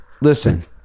listen